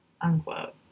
unquote